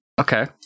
Okay